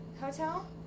hotel